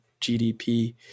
GDP